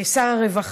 של שר הרווחה.